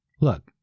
Look